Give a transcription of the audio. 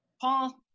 Paul